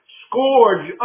scourge